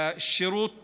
לשירות